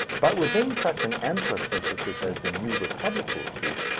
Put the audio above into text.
but within such an ampler synthesis as the new republic will seek,